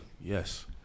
yes